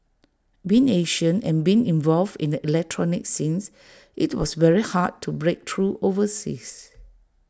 being Asian and being involved in the electronic scenes IT was very hard to break through overseas